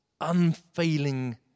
unfailing